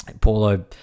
Paulo